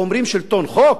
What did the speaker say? ואומרים: שלטון חוק?